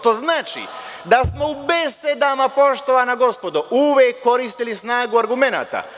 To znači da smo u besedama, poštovana gospodo, uvek koristili snagu argumenata.